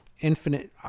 infinite